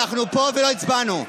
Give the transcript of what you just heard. אנחנו פה ולא הצבענו.